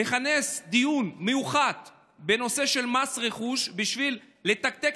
לכנס דיון מיוחד בנושא של מס רכוש בשביל לתקתק